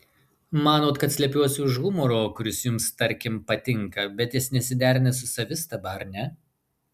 manot kad slepiuosi už humoro kuris jums tarkim patinka bet jis nesiderina su savistaba ar ne